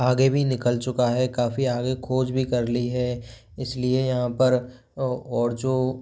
आगे भी निकल चुका है काफ़ी आगे खोज भी कर ली है इसलिए यहाँ पर और जो